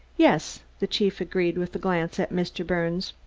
yes, the chief agreed with a glance at mr. birnes.